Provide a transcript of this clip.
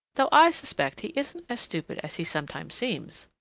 though i suspect he isn't as stupid as he sometimes seems.